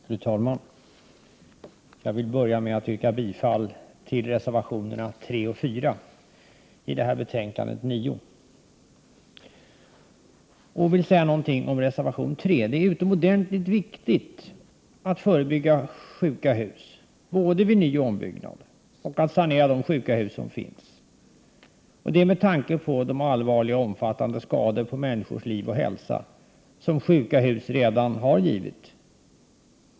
Fru talman! Jag vill börja med att yrka bifall till reservationerna 3 och 4 i bostadsutskottets betänkande 9. Sedan vill jag säga något om reservation 3. Det är utomordentligt viktigt att förebygga att man får s.k. sjuka hus, vid både nyoch ombyggnad, och att sanera de sjuka hus som finns, med tanke på de allvarliga och omfattande skador när det gäller människors liv och hälsa som sjuka hus redan har orsakat.